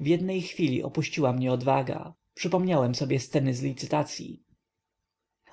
w jednej chwili opuściła mnie odwaga przypomniałem sobie sceny z licytacyi